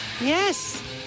yes